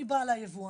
אני באה ליבואן.